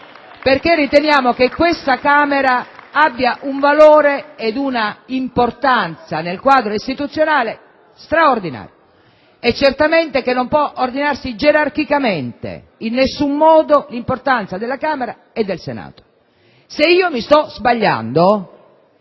perché riteniamo che questa Camera abbia un valore ed una importanza, nel quadro istituzionale, straordinaria e certamente non può ordinarsi gerarchicamente in nessun modo l'importanza della Camera e del Senato. STORACE *(AN)*. Dillo